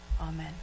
Amen